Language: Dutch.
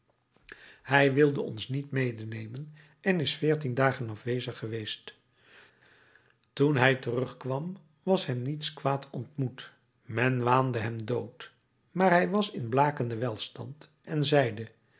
hij wilde ons niet medenemen en is veertien dagen afwezig geweest toen hij terugkwam was hem niets kwaad ontmoet men waande hem dood maar hij was in blakenden welstand en zeide